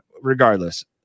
Regardless